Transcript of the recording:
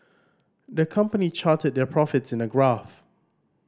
the company charted their profits in a graph